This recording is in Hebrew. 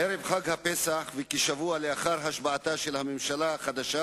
ערב חג הפסח, וכשבוע לאחר השבעתה של הממשלה החדשה,